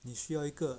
你需要一个